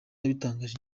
yabitangarije